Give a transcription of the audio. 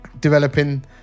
developing